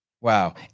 Wow